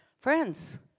friends